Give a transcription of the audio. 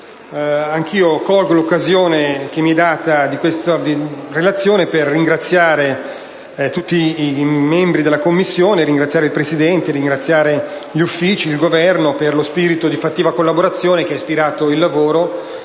Anch'io colgo l'occasione, che mi è data da questa relazione, per ringraziare tutti i membri della Commissione, il Presidente, gli uffici e il Governo per lo spirito di fattiva collaborazione che ha ispirato il lavoro,